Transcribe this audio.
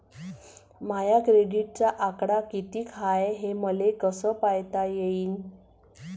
माया क्रेडिटचा आकडा कितीक हाय हे मले कस पायता येईन?